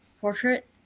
portrait